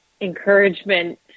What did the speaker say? encouragement